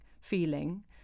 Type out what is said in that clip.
feeling